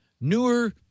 newer